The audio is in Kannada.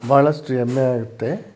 ಭಾಳಷ್ಟು ಹೆಮ್ಮೆ ಆಗುತ್ತೆ